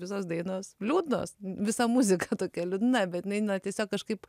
visos dainos liūdnos visa muzika tokia liūdna bet neina tiesiog kažkaip